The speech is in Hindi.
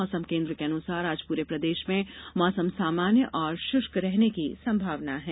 मौसम केन्द्र के अनुसार आज पूरे प्रदेश में मौसम सामान्य और शुष्क रहने की संभावना है